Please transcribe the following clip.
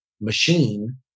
machine